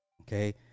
okay